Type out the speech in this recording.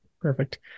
perfect